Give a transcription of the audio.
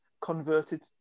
converted